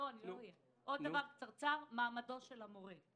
מעמד המורה.